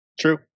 True